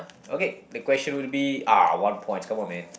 okay the question will be ah one points come on man